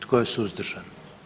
Tko je suzdržan?